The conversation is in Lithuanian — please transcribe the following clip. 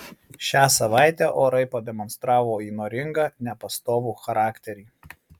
šią savaitę orai pademonstravo įnoringą nepastovų charakterį